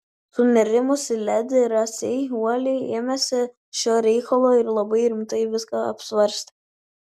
sunerimusi ledi rasei uoliai ėmėsi šio reikalo ir labai rimtai viską apsvarstė